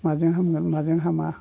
माजों हामगोन माजों हामा